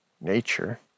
nature